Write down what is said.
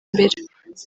imbere